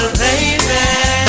baby